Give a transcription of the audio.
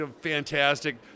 fantastic